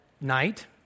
night